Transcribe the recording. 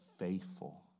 faithful